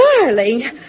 darling